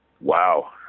Wow